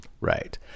Right